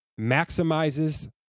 maximizes